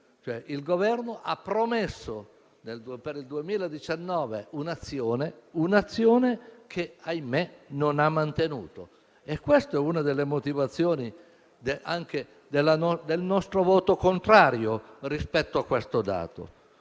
Il Governo ha promesso per il 2019 un'azione che - ahimè - non ha mantenuto. Questa è una delle motivazioni del nostro voto contrario rispetto a questo dato.